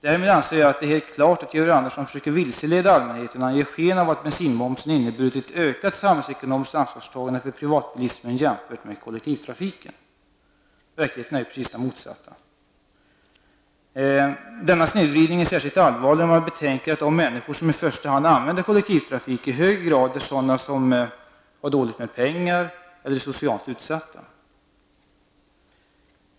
Jag anser att det är helt klart att Georg Andersson försöker vilseleda allmänheten, när han ger sken av att bensinmomsen har inneburit ett ökat samhällsekonomiskt ansvarstagande för privatbilismen jämfört med kollektivtrafiken. Verkligheten är ju precis den motsatta. Denna snedvridning är så mycket mer allvarlig som de människor som i första hand använder kollektivtrafik i hög grad är sådana som har dåligt med pengar eller är socialt utsatta.